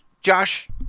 Josh